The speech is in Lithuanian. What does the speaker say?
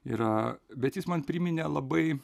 yra bet jis man priminė labai